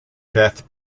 death